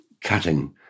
cutting